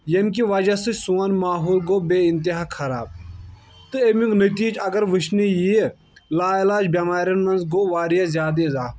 ییٚمہِ کہِ وجہہ سۭتۍ سون ماحول گوٚو بے انتہا خراب تہٕ اَمیُک نٔتیٖچہٕ اَگر وٕچھنہٕ یِیہِ لاعلاج بیماریٚن منٛز گوٚو واریاہ زیادٕ اضافہٕ